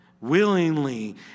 Willingly